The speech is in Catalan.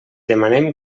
demanem